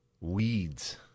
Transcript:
weeds